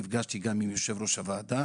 נפגשתי עם יושב-ראש הוועדה